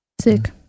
sick